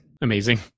Amazing